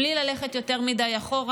בלי ללכת יותר מדי אחורה,